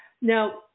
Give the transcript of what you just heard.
Now